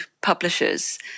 publishers